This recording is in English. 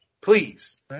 Please